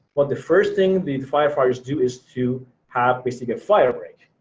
well, the first thing the firefighters do is to have basically a fire break,